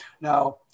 Now